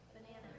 Banana